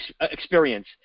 experience